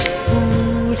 fool